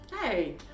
Hey